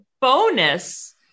bonus